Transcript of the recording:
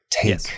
take